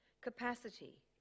capacity